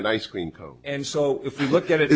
an ice cream cone and so if you look at it